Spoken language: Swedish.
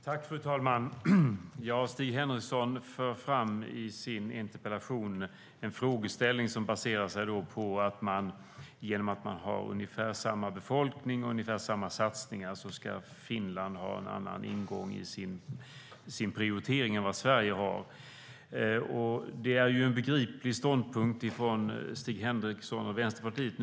Fru talman! Stig Henriksson för i sin interpellation fram en frågeställning som baserar sig på att Finland trots ungefär samma satsningar i förhållande till befolkningen skulle ha en annan prioritering än vad Sverige har. Det är en begriplig ståndpunkt från Stig Henriksson och Vänsterpartiet.